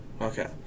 Okay